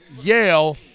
Yale